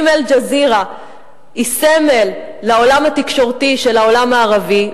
אם "אל-ג'זירה" היא סמל לעולם התקשורתי של העולם הערבי,